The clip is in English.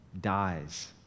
dies